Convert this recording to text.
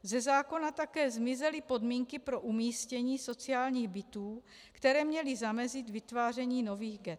Ze zákona také zmizely podmínky pro umístění sociálních bytů, které měly zamezit vytváření nových ghett.